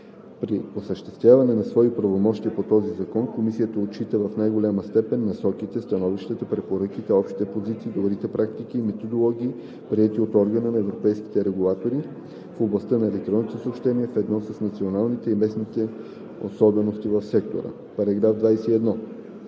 При осъществяване на своите правомощия по този закон комисията отчита в най-голяма степен насоките, становищата, препоръките, общите позиции, добрите практики и методологии, приети от Органа на европейските регулатори в областта на електронните съобщения ведно с националните и местни особености в сектора.“